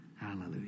Hallelujah